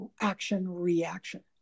action-reaction